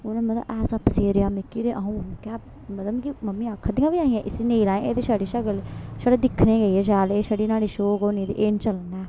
उ'नें मतलब ऐसा पसेरेआ मिकी ते आ'ऊं मतलब कि मिकी मम्मी आखां दियां बी ऐ इसी नेईं लायां हियां एह्दी छड़ी शक्ल छड़ा दिक्खने गी गै ऐ एह् शैल एह् छड़ी न्हाड़ी शो गै होनी ते एह् नी चलना ऐ